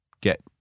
get